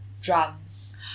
drums